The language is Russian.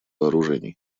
вооружений